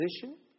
position